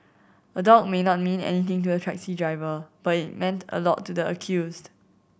a dog may not mean anything to the taxi driver but it meant a lot to the accused